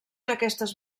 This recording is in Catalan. aquestes